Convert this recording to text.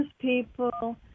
people